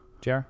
JR